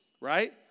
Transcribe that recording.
right